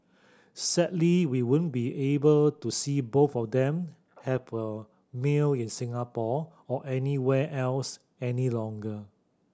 sadly we won't be able to see both of them have a meal in Singapore or anywhere else any longer